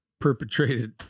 perpetrated